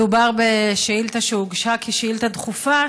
מדובר בשאילתה שהוגשה כשאילתה דחופה,